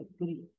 Agree